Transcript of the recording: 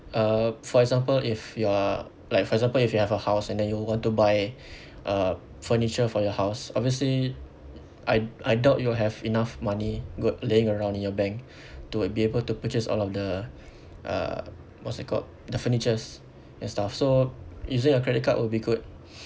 uh for example if you are like for example if you have a house and then you want to buy uh furniture for your house obviously I I doubt you will have enough money go laying around in your bank to be able to purchase all of the uh what's that called the furnitures and stuff so using a credit card will be good